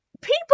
People